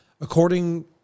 According